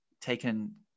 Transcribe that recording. taken